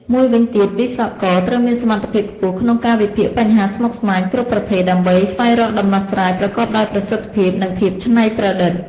មួយវិញទៀតវិស្វករត្រូវមានសមត្ថភាពខ្ពស់ក្នុងការ វិភាគបញ្ហាស្មុគស្មាញ គ្រប់ប្រភេទ ដើម្បី ស្វែងរកដំណោះស្រាយប្រកបដោយប្រសិទ្ធភាព និងភាពច្នៃប្រឌិត។